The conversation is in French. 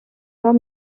pas